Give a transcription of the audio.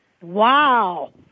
Wow